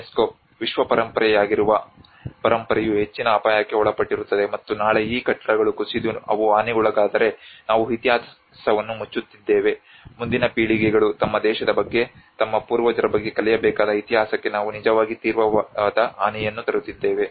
UNESCO ವಿಶ್ವ ಪರಂಪರೆಯಾಗಿರುವ ಪರಂಪರೆಯು ಹೆಚ್ಚಿನ ಅಪಾಯಕ್ಕೆ ಒಳಪಟ್ಟಿರುತ್ತದೆ ಮತ್ತು ನಾಳೆ ಈ ಕಟ್ಟಡಗಳು ಕುಸಿದು ಅವು ಹಾನಿಗೊಳಗಾದರೆ ನಾವು ಇತಿಹಾಸವನ್ನು ಮುಚ್ಚುತ್ತಿದ್ದೇವೆ ಮುಂದಿನ ಪೀಳಿಗೆಗಳು ತಮ್ಮ ದೇಶದ ಬಗ್ಗೆ ತಮ್ಮ ಪೂರ್ವಜರ ಬಗ್ಗೆ ಕಲಿಯಬೇಕಾದ ಇತಿಹಾಸಕ್ಕೆ ನಾವು ನಿಜವಾಗಿ ತೀವ್ರವಾದ ಹಾನಿಯನ್ನು ತರುತ್ತಿದ್ದೇವೆ